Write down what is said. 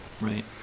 Right